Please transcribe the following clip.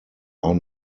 are